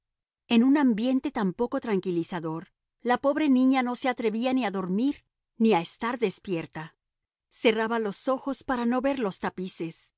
en un ambiente tan poco tranquilizador la pobre niña no se atrevía ni a dormir ni a estar despierta cerraba los ojos para no ver los tapices